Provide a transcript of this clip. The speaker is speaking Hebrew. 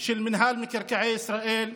ממינהל מקרקעי ישראל,